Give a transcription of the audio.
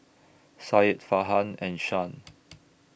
Syed Farhan and Shah